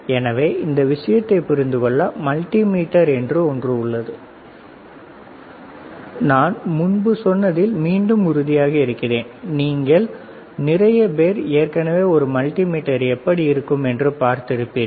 எனவே இந்த விஷயத்தைப் புரிந்து கொள்ள மல்டிமீட்டர் என்று ஒன்று உள்ளது நான் முன்பு சொன்னதில் மீண்டும் உறுதியாக இருக்கிறேன் நீங்கள் நிறைய பேர் ஏற்கனவே ஒரு மல்டிமீட்டர் எப்படி இருக்கும் என்று பார்த்திருக்கிறீர்கள்